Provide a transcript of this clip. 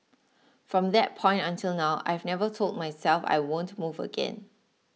from that point until now I've never told myself I won't move again